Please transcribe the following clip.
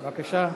בבקשה.